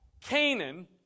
Canaan